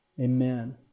Amen